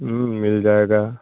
ہوں مل جائے گا